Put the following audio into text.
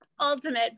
ultimate